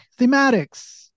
thematics